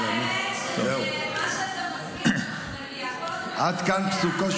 מה שאתה מזמין, נגיע, כל עוד זה מאהבה.